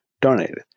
donated